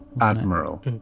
Admiral